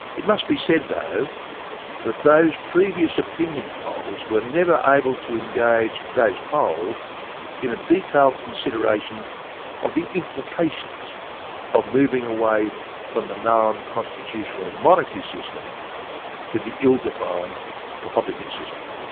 it must be said though that those previous opinion polls were never able to engage those polled in a detailed consideration of the implications of moving away from the known constitutional monarchy system to the ill-defined republican system.